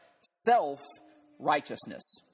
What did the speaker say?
self-righteousness